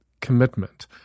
commitment